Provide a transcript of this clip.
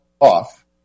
off